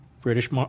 British